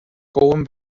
kauem